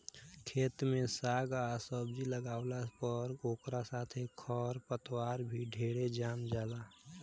खेत में साग आ सब्जी लागावला पर ओकरा साथे खर पतवार भी ढेरे जाम जाला